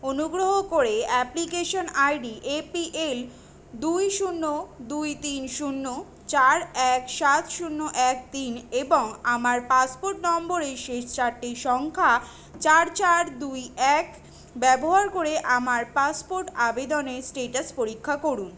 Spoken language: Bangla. অনুগ্রহ করে অ্যাপ্লিকেশন আইডি এপিএল দুই শূন্য দুই তিন শূন্য চার এক সাত শূন্য এক তিন এবং আমার পাসপোর্ট নম্বরের শেষ চারটি সংখ্যা চার চার দুই এক ব্যবহার করে আমার পাসপোর্ট আবেদনের স্টেটাস পরীক্ষা করুন